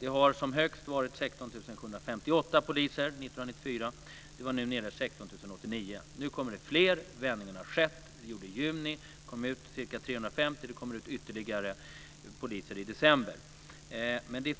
Det har som mest varit 16 758 poliser. Det var 1994. Det var nu nere i 16 089. Nu kommer det fler. Vändningen har skett. Den kom i juni, då det kom ut ca 350 poliser. Det kommer ut ytterligare poliser i december.